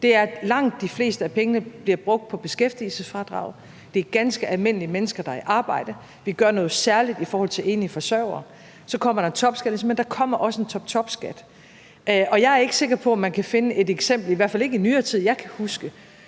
nemlig at langt de fleste af pengene bliver brugt på beskæftigelsesfradrag til ganske almindelige mennesker, der er i arbejde. Vi gør også noget særligt for enlige forsørgere, og så kommer der en topskattelettelse, men der kommer også en toptopskat. Jeg er ikke sikker på, at man i hvert fald i nyere tid, som jeg kan huske